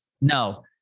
No